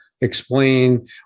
explain